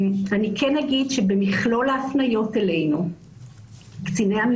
ואני אתן שתי דוגמאות: אני מקווה שהעמדה של